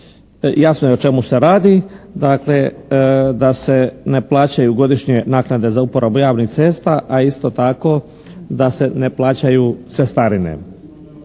Jasno je o čemu se radi. Dakle, da se ne plaćaju godišnje naknade za uporabu javnih cesta, a isto tako da se ne plaćaju cestarine.